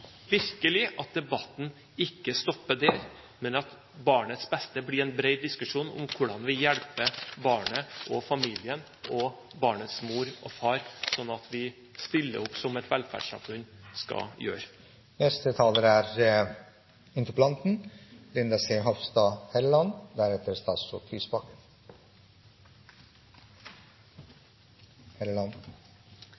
virkelig at debatten ikke stopper der, men at barnets beste blir en bred diskusjon om hvordan vi hjelper barnet og familien, barnets mor og far, sånn at vi stiller opp som et velferdssamfunn skal gjøre. Jeg vil takke for en veldig god og interessant debatt. Dette spørsmålet er